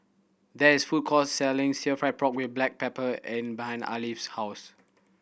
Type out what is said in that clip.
there is food court selling sill fry pork with black pepper and behind Alfie's house